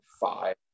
five